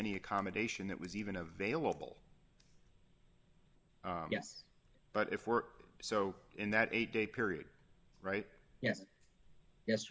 any accommodation that was even a vailable yes but if were so in that eight day period right yes yes